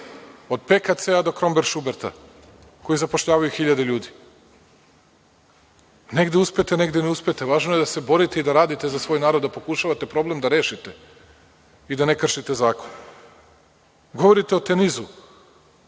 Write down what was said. Od PKC do „Kromberg shuberta“ koji zapošljavaju hiljade ljudi. Negde uspete, negde ne uspete, važno je da se borite i da radite za svoj narod, da pokušavate problem da rešite i da ne kršite zakon. Govorite o „Tenisu“,